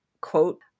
quote